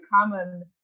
common